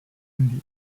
india